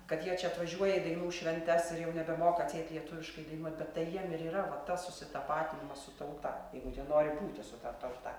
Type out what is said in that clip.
kad jie čia atvažiuoja į dainų šventes ir jau nebemoka lietuviškai dainuot bet tai jiem ir yra va tas susitapatinimas su tauta jeigu jie nori būti su ta tauta